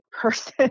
person